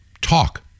Talk